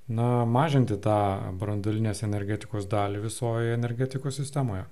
na mažinti tą branduolinės energetikos dalį visoj energetikos sistemoje